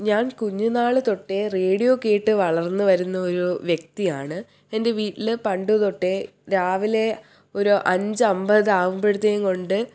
ഞാൻ കുഞ്ഞുന്നാൾ തൊട്ടേ റേഡിയോ കേട്ടു വളർന്നു വരുന്ന ഒരു വ്യക്തിയാണ് എൻ്റെ വീട്ടിൽ പണ്ടു തൊട്ടേ രാവിലെ ഒരു അഞ്ച് അൻപത് ആകുമ്പോഴത്തേക്കും കൊണ്ട്